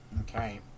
Okay